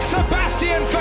Sebastian